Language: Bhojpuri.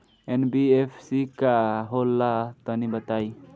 एन.बी.एफ.सी का होला तनि बताई?